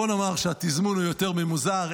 בוא נאמר שהתזמון הוא יותר ממוזר,